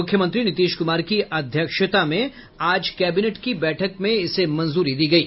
मूख्यमंत्री नीतीश कुमार की अध्यक्षता में आज कैबिनेट की बैठक में इसे मंजूरी दी गयी